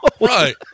Right